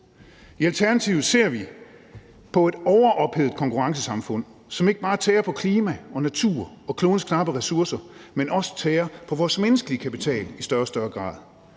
I Alternativet ser vi på et overophedet konkurrencesamfund, som ikke bare tærer på klima og natur og klodens knappe ressourcer, men også tærer på vores menneskelige kapital i større og